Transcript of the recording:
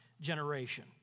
generation